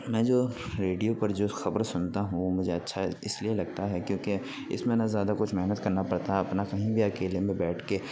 میں جو ریڈیو پر جو خبر سنتا ہوں وہ مجھے اچھا اس لیے لگتا ہے کیونکہ اس میں نہ زیادہ کچھ محنت کرنا پڑتا ہے اپنا کہیں بھی اکیلے میں بیٹھ کے